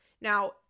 Now